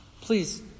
Please